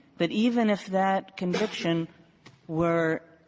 that even if that conviction were